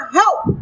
help